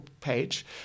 page